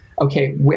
okay